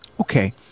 Okay